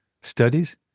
studies